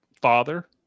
father